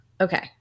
Okay